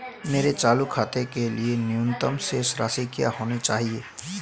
मेरे चालू खाते के लिए न्यूनतम शेष राशि क्या होनी चाहिए?